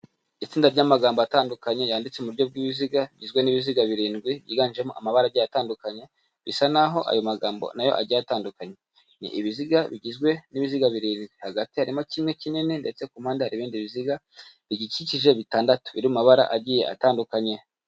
Itsinda ry'amagambo atandukanye yanditse mu buryo bw'ibiziga, bigizwe n'ibiziga birindwi byiganjemo amabara agiye atandukanye, bisa naho ayo magambo na yo agiye atandukanye. Ni ibiziga bigizwe n'ibiziga birindwi. Hagati harimo kimwe kinini ndetse ku mpande hari ibindi biziga bigikikije bitandatu. Biri mu mabara agiye atandukanye.